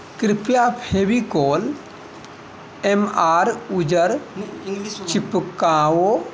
कृपया Fevicol M R उज्जर चिपकाउ